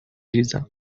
ریزم